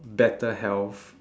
better health